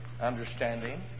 understanding